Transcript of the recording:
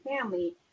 family